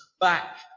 back